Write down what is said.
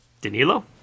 danilo